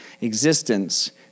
existence